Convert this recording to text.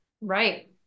Right